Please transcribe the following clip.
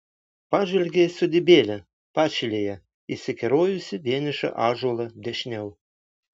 pažvelgė į sodybėlę pašilėje į išsikerojusį vienišą ąžuolą dešiniau